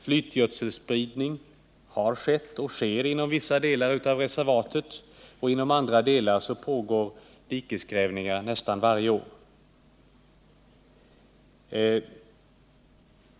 Flytgödselspridning har skett och sker inom vissa delar av reservatet, och inom andra delar pågår dikesgrävningar nästan varje år.